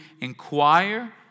inquire